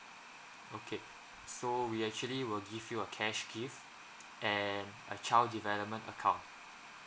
okay so we actually will give you a cash gift and a child development account